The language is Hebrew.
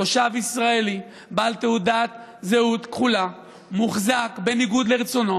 תושב ישראלי בעל תעודת זהות כחולה מוחזק בניגוד לרצונו,